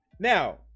Now